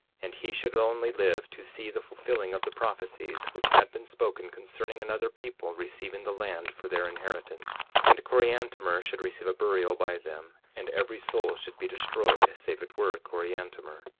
and he should only live to see the fulfilling of the prophecies which had been spoken concerning another people receiving the land for their inheritance and coriantumr should receive a burial by them and every soul should be destroyed save it were coriantumr.